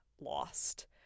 lost